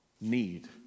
need